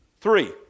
three